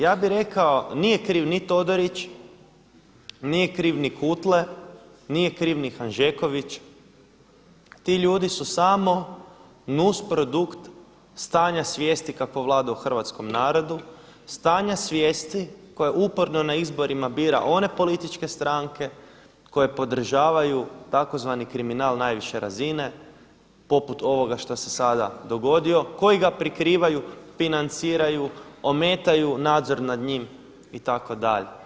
Ja bi rekao nije kriv ni Todorić, nije kriv ni Kutle, nije kriv ni Hanžeković, ti ljudi su samo nusprodukt stanja svijesti kakvo vlada u hrvatskom narodu, stanja svijesti koja uporno na izborima bira one političke stranke koje podržavaju tzv. kriminal najviše razine poput ovoga što se sada dogodio koji ga prikrivaju financiraju, ometaju nadzor nad njim itd.